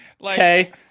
okay